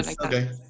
okay